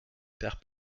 perd